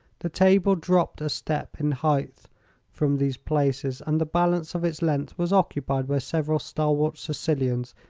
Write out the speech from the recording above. the table dropped a step in heighth from these places, and the balance of its length was occupied by several stalwart sicilians,